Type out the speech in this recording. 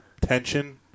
tension